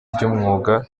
ry’umwuga